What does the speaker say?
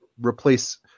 replace